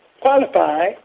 qualify